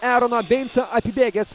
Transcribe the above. eroną beincą įbėgęs